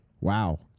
Wow